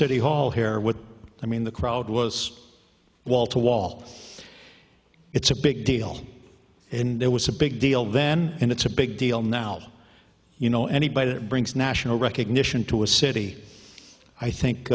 city hall here with i mean the crowd was wall to wall it's a big deal and it was a big deal then and it's a big deal now you know anybody that brings national recognition to a city i